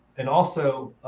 and also